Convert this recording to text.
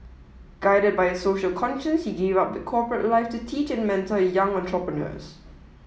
guided by a social conscience he gave up the corporate life to teach and mentor young entrepreneurs